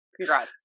Congrats